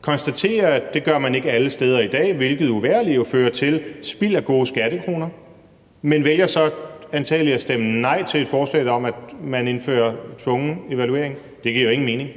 konstaterer, at det gør man ikke alle steder i dag, hvilket uvægerlig jo fører til spild af gode skattekroner; men vælger så antagelig at stemme nej til et forslag om, at man indfører tvunget evaluering. Det giver jo ingen mening.